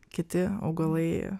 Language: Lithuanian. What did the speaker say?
kiti augalai